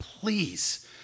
Please